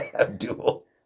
Abdul